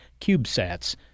CubeSats